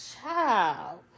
Child